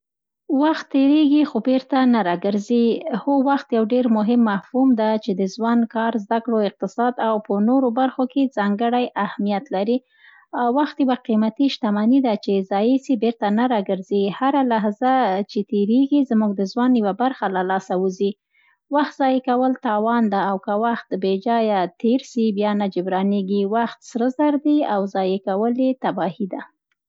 وخت تېرېږي، خو بېرته نه راګرځي! هو، وخت یو ډېر مهم مفهوم ده، چي د زوند، کار، زده ‌کړو، اقتصاد او په نورو برخو کې ځانګړی اهمیت لري. وخت یوه قیمتي شتمني ده، چي ضایع سي، بیرته نه راګرځي، هره لحظه چي تېرېږي، زموږ د زوند یوه برخه له لاسه وځي. وخت ضایع کول، تاوان ده او که وخت بې جایه تېر سي، بیا نه جبرانېږي. وخت سره زر دي او ضایع کول یې تباهي ده.